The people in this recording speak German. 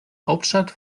hauptstadt